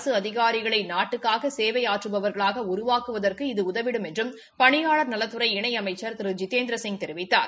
அரசு அதிகாரிகளை நாட்டுக்காக சேவை ஆற்றுபவர்களாக உருவாக்குவதற்கு இது உதவிடும் என்று பணியாளர் நலத்துறை இணை அமைச்சர் திரு ஜிதேந்திரசிங் தெரிவித்தார்